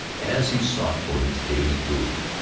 as he sought for his daily food.